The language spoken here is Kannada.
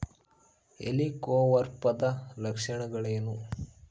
ಹೆಲಿಕೋವರ್ಪದ ಲಕ್ಷಣಗಳೇನು?